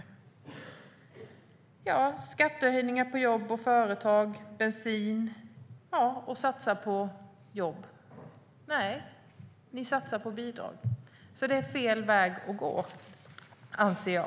Ni inför skattehöjningar på jobb, företag och bensin. Och ni säger att ni satsar på jobb. Nej, ni satsar på bidrag. Detta är fel väg att gå, anser jag.